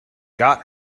got